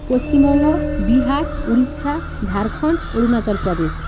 Paschimbanga Bihar Orissa Jharkhand Arunachal Pradesh